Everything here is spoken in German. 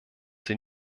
sie